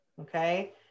okay